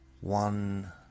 One